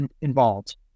involved